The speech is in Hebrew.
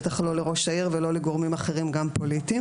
בטח לא לראש העיר ולא לגורמים אחרים גם פוליטיים,